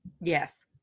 Yes